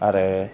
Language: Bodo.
आरो